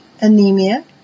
anemia